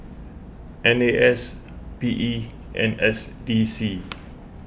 N A S P E and S D C